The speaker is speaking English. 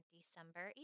December